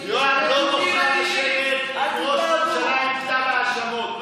לא נוכל לשבת עם ראש ממשלה עם כתב האשמות.